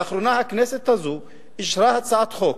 לאחרונה הכנסת הזו אישרה הצעת חוק,